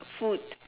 food